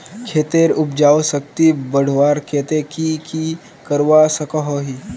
खेतेर उपजाऊ शक्ति बढ़वार केते की की करवा सकोहो ही?